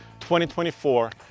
2024